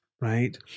right